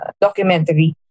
documentary